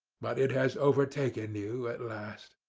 but it has overtaken you at last